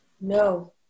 No